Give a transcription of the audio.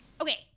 okay